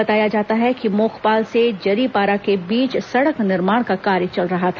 बताया जाता है कि मोखपाल से जरीपारा के बीच सड़क निर्माण का कार्य चल रहा था